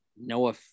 Noah